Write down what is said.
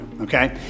okay